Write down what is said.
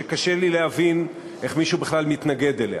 שקשה לי להבין איך מישהו בכלל מתנגד לה.